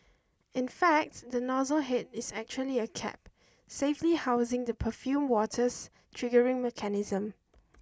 in fact the nozzle head is actually a cap safely housing the perfumed water's triggering mechanism